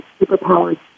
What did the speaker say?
Superpowers